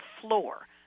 floor